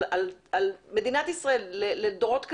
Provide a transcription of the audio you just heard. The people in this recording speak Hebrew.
על מדינת ישראל לדורות קדימה.